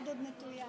והיד עוד נטויה.